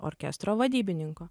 orkestro vadybininko